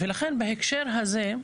ולכן בהקשר הזה,